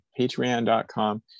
patreon.com